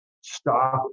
Stop